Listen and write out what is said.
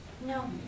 No